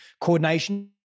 coordination